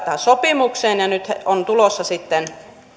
tähän sopimukseen nyt on tulossa sitten